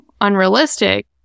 unrealistic